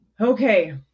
Okay